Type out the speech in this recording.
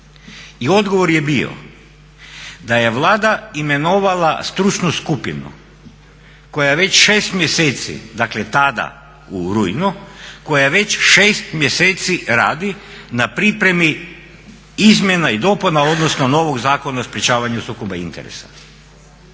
odgovor je bio da je Vlada imenovala stručnu skupinu koja već 6 mjeseci, dakle tada u rujnu, koja već 6 mjeseci radi na pripremi izmjena i dopuna odnosno novog Zakona o sprečavanju sukoba interesa.